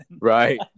Right